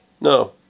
No